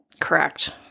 correct